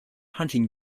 hunting